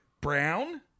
Brown